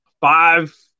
five